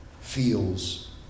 feels